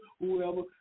Whoever